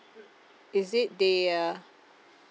is it the uh